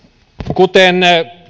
kuten